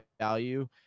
value